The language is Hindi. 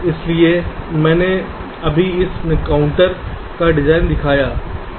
इसलिए मैंने अभी इस काउंटर का डिज़ाइन दिखाया है